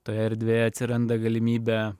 toje erdvėje atsiranda galimybė